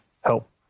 help